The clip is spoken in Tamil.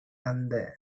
தந்த